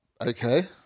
okay